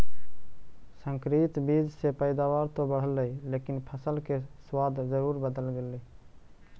संकरित बीज से पैदावार तो बढ़लई लेकिन फसल के स्वाद जरूर बदल गेलइ